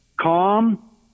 calm